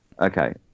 Okay